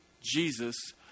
Jesus